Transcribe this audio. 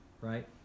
right